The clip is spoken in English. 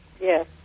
Yes